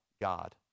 God